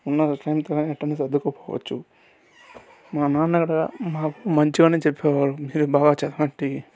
ఉన్న వస్తువులతోనే ఎట్టన్నా సర్దుకునిపోవచ్చు మా నాన్న కాడా మాకు మంచిగా చెప్పేవాళ్ళు బాగా చదవండి